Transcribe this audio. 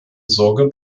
sorge